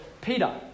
Peter